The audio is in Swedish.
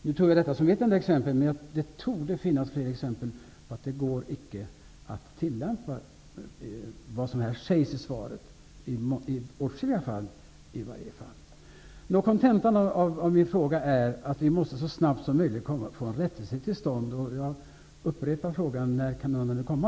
Nu tog jag detta som ett enda exempel, men det torde finnas fler exempel på att det som sägs i svaret i åtskilliga fall inte går att tillämpa. Kontentan av vad som har sagts med anledning av min fråga är att vi så snart som möjligt måste få en rättelse till stånd. När kan denna komma?